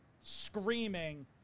Screaming